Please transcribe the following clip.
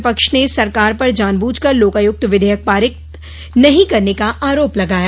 विपक्ष ने सरकार पर जानबूझ कर लोकायुक्त विधेयक पारित नहीं करने का आरोप लगाया